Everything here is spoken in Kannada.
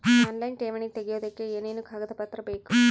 ಆನ್ಲೈನ್ ಠೇವಣಿ ತೆಗಿಯೋದಕ್ಕೆ ಏನೇನು ಕಾಗದಪತ್ರ ಬೇಕು?